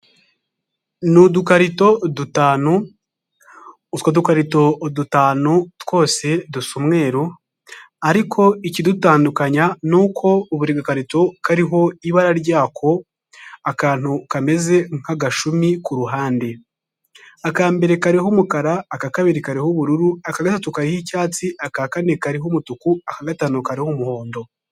Ni udukarito dutanu, utwo dukarito dutanu twose dusa umweru, ariko ikidutandukanya ni uko buri gakarito kariho ibara ryako, akantu kameze nk'agashumi ku ruhande. Aka mbere kariho umukara, aka kabiri kariho ubururu aka gatatu kariho icyatsi, aka kane kariho umutuku, aka gatanu kariho umuhondo.